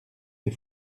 des